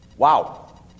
Wow